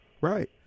right